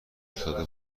افتاده